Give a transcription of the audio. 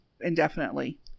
indefinitely